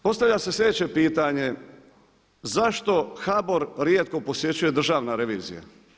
Postavlja se sljedeće pitanje zašto HBOR rijetko posjećuje Državna revizija?